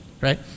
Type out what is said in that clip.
right